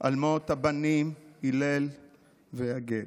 על מות הבנים הלל ויגל.